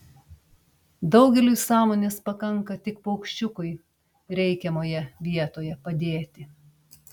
daugeliui sąmonės pakanka tik paukščiukui reikiamoje vietoje padėti